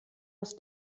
aus